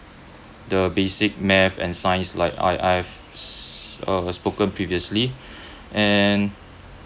the basic math and science like I I've uh spoken previously and